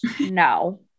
No